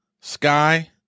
Sky